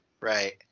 Right